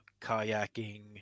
kayaking